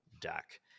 deck